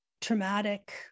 traumatic